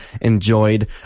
enjoyed